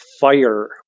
fire